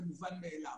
זה מובן מאליו,